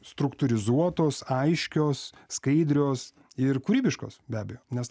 struktūrizuotos aiškios skaidrios ir kūrybiškos be abejo nes